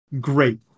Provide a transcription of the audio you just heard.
Great